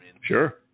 Sure